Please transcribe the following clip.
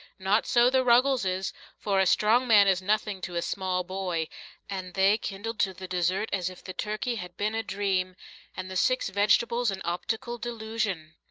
not so the ruggleses for a strong man is nothing to a small boy and they kindled to the dessert as if the turkey had been a dream and the six vegetables an optical delusion.